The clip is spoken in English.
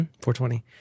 420